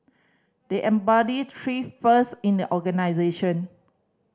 they embody three first in the organisation